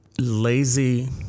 lazy